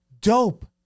dope